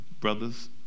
brothers